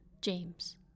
James